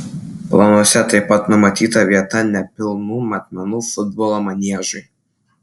planuose taip pat numatyta vieta nepilnų matmenų futbolo maniežui